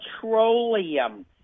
Petroleum